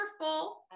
wonderful